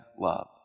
love